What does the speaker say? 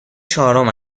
چهارم